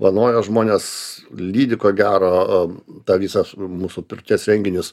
vanoja žmones lydi ko gero tą visas mūsų pirties renginius